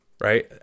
Right